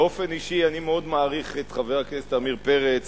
באופן אישי אני מאוד מעריך את חבר הכנסת עמיר פרץ,